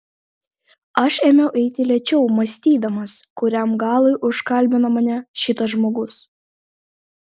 aš ėmiau eiti lėčiau mąstydamas kuriam galui užkalbino mane šitas žmogus